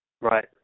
Right